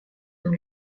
dans